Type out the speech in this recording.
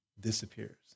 disappears